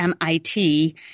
MIT